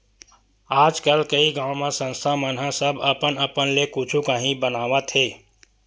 आजकल कइ गाँव म संस्था मन ह सब अपन अपन ले कुछु काही बनावत हे